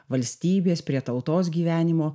valstybės prie tautos gyvenimo